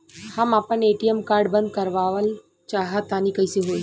हम आपन ATM card बंद करावल चाह तनि कइसे होई?